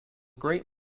great